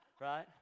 Right